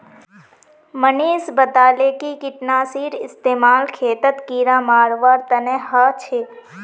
मनीष बताले कि कीटनाशीर इस्तेमाल खेतत कीड़ा मारवार तने ह छे